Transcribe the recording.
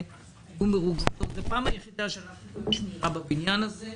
היחידה, אני חושב, שהלכתי עם שמירה בבניין הזה.